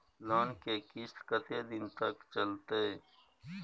Loan के किस्त कत्ते दिन तक चलते?